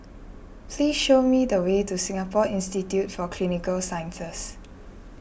please show me the way to Singapore Institute for Clinical Sciences